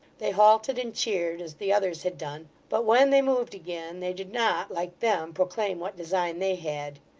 they halted and cheered, as the others had done but when they moved again, they did not, like them, proclaim what design they had.